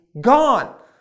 gone